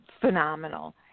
Phenomenal